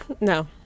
No